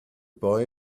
boy